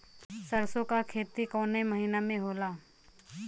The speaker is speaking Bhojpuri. सरसों का खेती कवने महीना में होला?